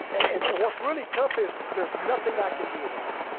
and and what's really tough is there's nothing i can do about it.